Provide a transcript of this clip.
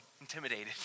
intimidated